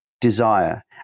desire